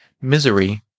Misery